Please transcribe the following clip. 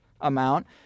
amount